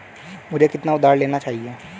मुझे कितना उधार लेना चाहिए?